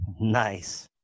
Nice